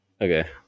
Okay